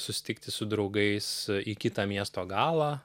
susitikti su draugais į kitą miesto galą